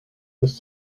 ist